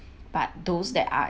but those that are